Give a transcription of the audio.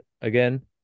again